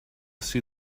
see